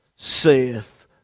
saith